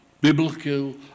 biblical